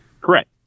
Correct